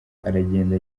aragenda